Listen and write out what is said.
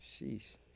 Sheesh